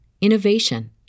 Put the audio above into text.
innovation